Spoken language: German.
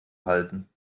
halten